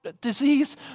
disease